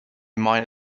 minor